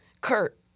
Kurt